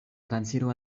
transiro